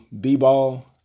B-Ball